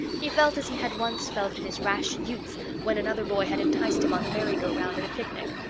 he felt as he had once felt in his rash youth when another boy had enticed him on the merry-go-round at a picnic.